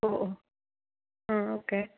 ഓ ഓ ആ ഓക്കേ